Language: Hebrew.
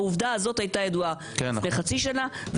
העובדה הזאת הייתה ידועה לפני חצי שנה,